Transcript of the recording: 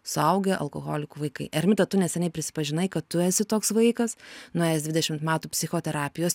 suaugę alkoholikų vaikai ermita tu neseniai prisipažinai kad tu esi toks vaikas nuėjęs dvidešimt metų psichoterapijos